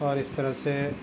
اور اس طرح سے